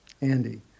Andy